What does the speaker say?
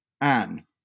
Anne